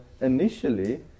initially